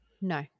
No